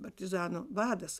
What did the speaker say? partizanų vadas